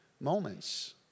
moments